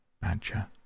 Badger